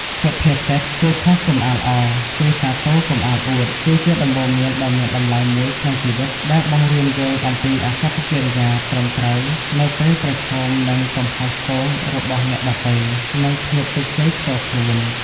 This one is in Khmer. សុភាសិត "គេខុសកុំអាលអរ គេសាទរកុំអាលអួត" គឺជាដំបូន្មានដ៏មានតម្លៃមួយក្នុងជីវិត ដែលបង្រៀនយើងពីអាកប្បកិរិយាត្រឹមត្រូវនៅពេលប្រឈមនឹងកំហុសឆ្គងរបស់អ្នកដទៃ និងភាពជោគជ័យផ្ទាល់ខ្លួន។